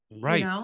right